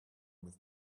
with